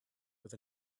with